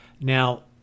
Now